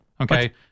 Okay